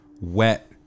wet